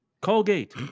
Colgate